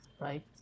right